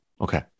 Okay